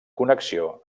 connexió